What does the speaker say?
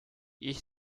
each